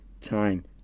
time